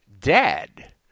dead